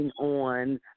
on